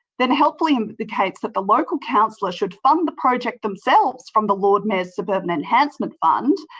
then helpfully um indicates that the local councillor should fund the project themselves from the lord mayor's suburban enhancement fund.